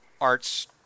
arts